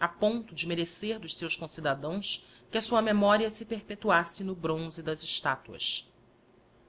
a ponto de merecer dos seus concidadãos que a sua memoria se perpetuasse no bronze das estatuas